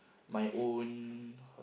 my own